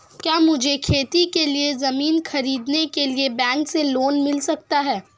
क्या मुझे खेती के लिए ज़मीन खरीदने के लिए बैंक से लोन मिल सकता है?